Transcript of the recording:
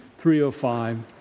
305